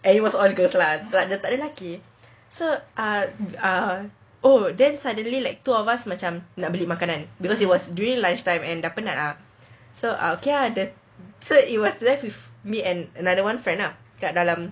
and it was all girls lah but dah tak ada lelaki so ah ah oh then suddenly like two of us macam nak beli makanan and because it was during lunchtime and dah penat ah so okay lah the so it was left with me and another one friend lah kat dalam